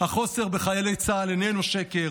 החוסר בחיילי צה"ל איננו שקר,